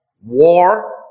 war